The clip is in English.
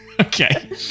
Okay